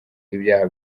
ibyaha